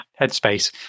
Headspace